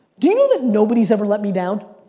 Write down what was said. do you know that nobody's ever let me down?